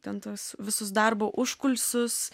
ten tuos visus darbo užkulisius